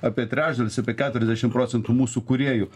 apie trečdalis apie keturiasdešim procentų mūsų kūrėjų